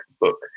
book